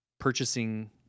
purchasing